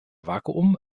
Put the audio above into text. vakuum